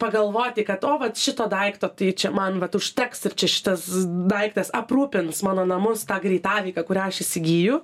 pagalvoti kad o vat šito daikto tai čia man vat užteks ir čia šitas daiktas aprūpins mano namus tą greitaveika kurią aš įsigyju